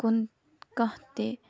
کُن کانٛہہ تہِ